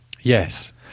Yes